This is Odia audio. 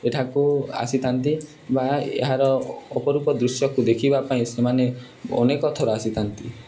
ଏଠାକୁ ଆସିଥାନ୍ତି ବା ଏହାର ଅପରୂପ ଦୃଶ୍ୟକୁ ଦେଖିବା ପାଇଁ ସେମାନେ ଅନେକଥର ଆସିଥାନ୍ତି